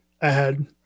ahead